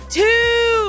two